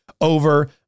over